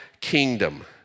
kingdom